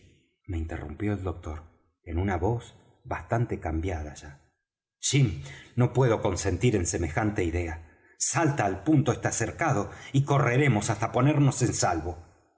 me interrumpió el doctor en una voz bastante cambiada ya jim no puedo consentir en semejante idea salta al punto este cercado y correremos hasta ponernos en salvo